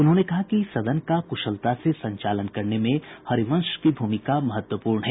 उन्होंने कहा कि सदन का कुशलता से संचालन करने में हरिवंश की भूमिका महत्वपूर्ण है